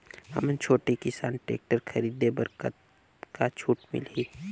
हमन छोटे किसान टेक्टर खरीदे बर कतका छूट मिलही?